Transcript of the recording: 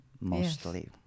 mostly